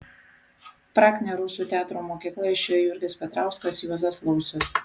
praktinę rusų teatro mokyklą išėjo jurgis petrauskas juozas laucius